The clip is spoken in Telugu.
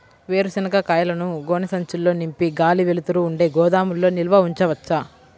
వేరుశనగ కాయలను గోనె సంచుల్లో నింపి గాలి, వెలుతురు ఉండే గోదాముల్లో నిల్వ ఉంచవచ్చా?